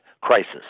crisis